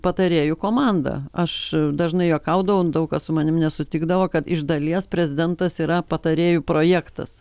patarėjų komanda aš dažnai juokaudavau daug kas su manim nesutikdavo kad iš dalies prezidentas yra patarėjų projektas